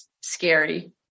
scary